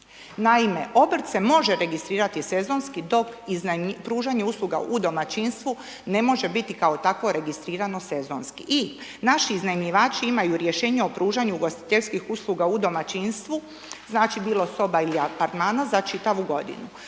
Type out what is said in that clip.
Naime, obrt se može registrirati sezonski dok pružanje usluga u domaćinstvu ne može biti kao takvo registrirano sezonski i naši iznajmljivači imaju rješenje o pružanju ugostiteljskih usluga u domaćinstvu, znači bilo soba ili apartmana za čitavu godinu,